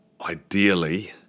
ideally